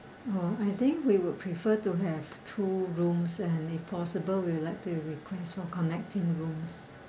uh I think we would prefer to have two rooms and is possible we would like to request for connecting rooms